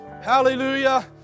Hallelujah